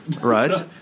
Right